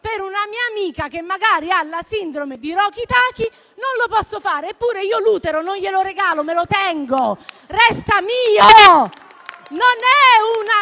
per una mia amica, che magari ha la sindrome di Rokitansky, non lo posso fare. Eppure io l'utero non glielo regalo, me lo tengo. Resta mio, non è una